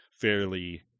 fairly